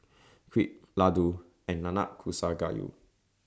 Crepe Ladoo and Nanakusa Gayu